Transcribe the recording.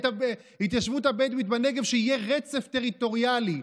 שיהיה רצף טריטוריאלי,